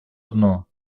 одно